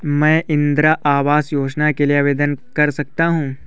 क्या मैं इंदिरा आवास योजना के लिए आवेदन कर सकता हूँ?